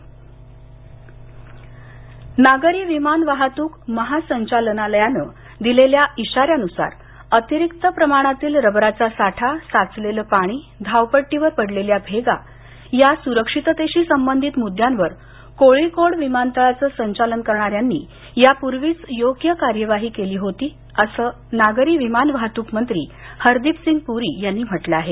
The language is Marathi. पुरी ट्विट नागरी विमान वाहतूक महासंचालनालयानं दिलेल्या इशाऱ्यानुसार अतिरिक्त प्रमाणातील रबराचा साठा साचलेलं पाणी धावपट्टीवर पडलेल्या भेगा या सुरक्षिततेशी संबंधित मुद्द्यांवर कोळिकोड विमानतळाचं संचालन करणाऱ्यांनी यापूर्वीच योग्य कार्यवाही केली होती असं नागरी विमान वाहतूक मंत्री हरदीपसिंग प्री यांनी म्हटलं आहे